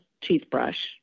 toothbrush